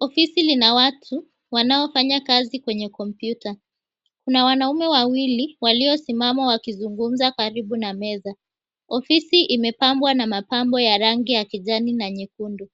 Ofisi lina watu wanaofanya kazi kwenye komputa. Kuna wanaume wawili waliosimama wakizungumza karibu na meza. Ofisi imepambwa na mapambo ya rangi ya kijani na nyekundu.